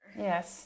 Yes